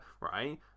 right